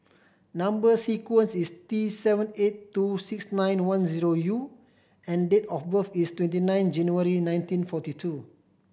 number sequence is T seven eight two six nine one zero U and date of birth is twenty nine January nineteen forty two